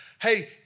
hey